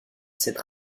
cette